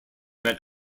met